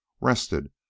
rested